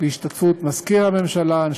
בהשתתפות מזכיר הממשלה,